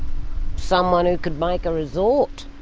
someone who could make a resort.